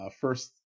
first